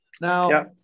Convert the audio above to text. Now